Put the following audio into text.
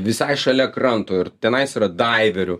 visai šalia kranto ir tenais yra daiverių